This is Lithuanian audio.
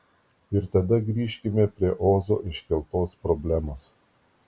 ir tada grįžkime prie ozo iškeltos problemos